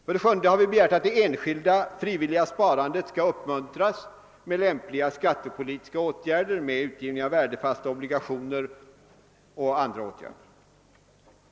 För det sjunde har vi begärt att det enskilda sparandet skall uppmuntras med lämpliga skattepolitiska åtgärder, med utgivning av värdefasta obligationer och medelst andra åtgärder.